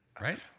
Right